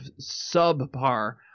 subpar